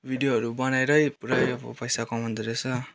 भिडियोहरू बनाएरै पुरै अब पैसा कमाउँदो रहेछ